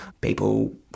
People